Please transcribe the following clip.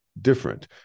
Different